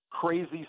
crazy